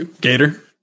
gator